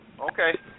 Okay